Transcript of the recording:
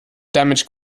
damage